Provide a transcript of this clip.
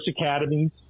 academies